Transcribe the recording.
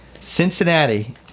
Cincinnati